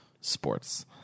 sports